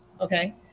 Okay